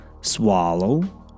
swallow